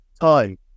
Time